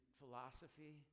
philosophy